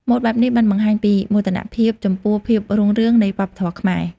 ម៉ូដបែបនេះបានបង្ហាញពីមោទនភាពចំពោះភាពរុងរឿងនៃវប្បធម៌ខ្មែរ។